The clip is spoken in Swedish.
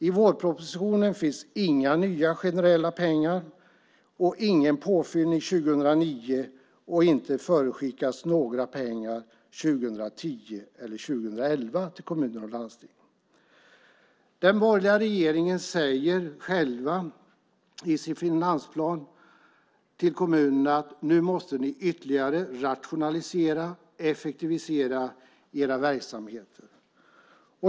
I vårpropositionen finns inga nya generella pengar. Ingen påfyllning 2009. Inte förutskickas några pengar 2010 eller 2011 till kommuner och landsting. Den borgerliga regeringen säger i finansplanen till kommunerna att de måste ytterligare rationalisera och effektivisera verksamheterna.